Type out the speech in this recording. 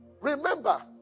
remember